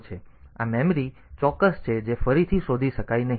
તેથી આ મેમરી ચોક્કસ છે જે ફરીથી શોધી શકાય નહીં